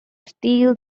steal